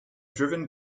driven